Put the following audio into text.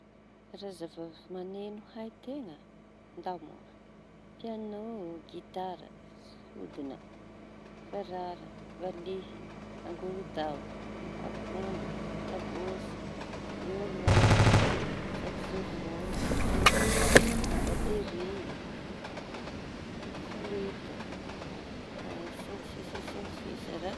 Karaza zava-maneno hay teña; ndao moa pianô, gitara, farara, valihy, angorodao, amponga, kabosy, violan, saksofôny, batery, filita, sy ny sisa sy ny sisa raha.